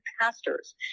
pastors